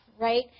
Right